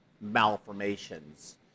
malformations